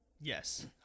Yes